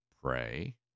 pray